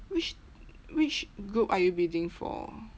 which which group are you bidding for